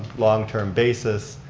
long-term basis.